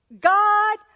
God